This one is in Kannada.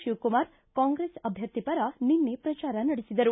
ಶಿವಕುಮಾರ್ ಕಾಂಗ್ರೆಸ್ ಅಭ್ಯರ್ಥಿ ಪರ ನಿನ್ನೆ ಪ್ರಚಾರ ನಡೆಸಿದರು